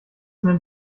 nennt